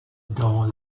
dans